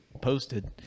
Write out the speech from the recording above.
posted